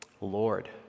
Lord